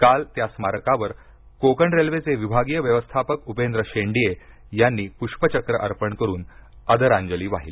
काल त्या स्मारकावर कोकण रेल्वेचे विभागीय व्यवस्थापक उपेंद्र शेंड्ये यांनी पुष्पचक्र अर्पण करून आदरांजली वाहिली